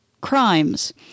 crimes